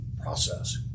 process